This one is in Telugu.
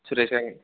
సురేష్ గారు